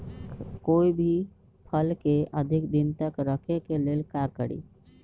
कोई भी फल के अधिक दिन तक रखे के लेल का करी?